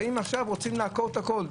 עכשיו רוצים לעקור הכול.